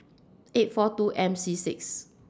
eight four two M C six